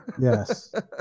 yes